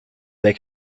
they